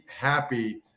happy